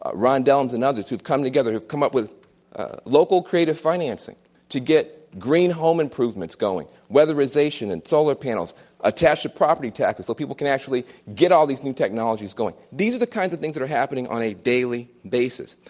ron dellums and others who had come together, who have come up with local creative financing to get green home improvements going, weatherization and solar panels attached to property taxes so people can actually get all these new technologies going. and these are the kinds of things that are happening on a daily basis.